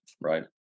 right